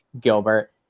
Gilbert